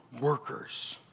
workers